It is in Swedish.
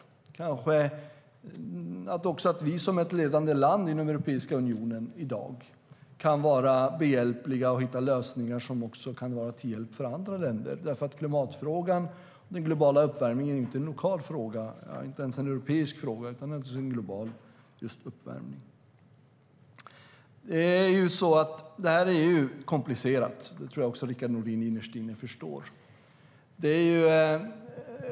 Kanske vi som ett ledande land i Europeiska unionen i dag kan vara behjälpliga och hitta lösningar som också kan vara till hjälp för andra länder. Klimatfrågan och den globala uppvärmningen är inte en lokal fråga. Det är inte ens en europeisk fråga, utan frågan om uppvärmningen är global. Detta är komplicerat. Det tror jag att Rickard Nordin innerst inne förstår.